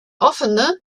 offene